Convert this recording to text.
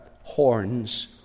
horns—